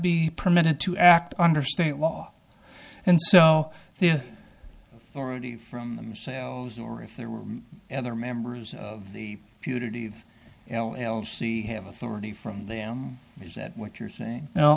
be permitted to act under state law and so they're already from themselves or if there were other members of the beauty that l l c have authority from them is that what you're saying